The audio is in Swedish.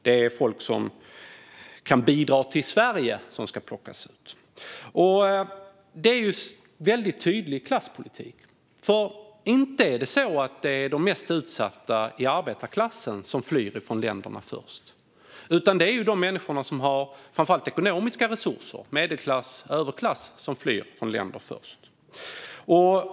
Det handlar om folk som kan bidra till Sverige. Det här är en väldigt tydlig klasspolitik. Det är ju inte de mest utsatta i arbetarklassen som flyr från sina hemländer först, utan det är de människor som har framför allt ekonomiska resurser - medelklass och överklass - som flyr först.